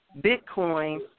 Bitcoin